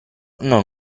non